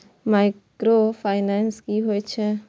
Micro finance कि होई छै?